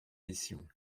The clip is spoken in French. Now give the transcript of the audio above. mission